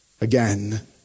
again